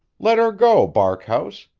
let her go, barkhouse.